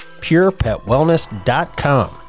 purepetwellness.com